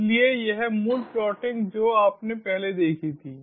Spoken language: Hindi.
इसलिए यह मूल प्लॉटिंग जो आपने पहले देखी थी